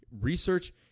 Research